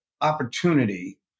opportunity